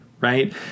right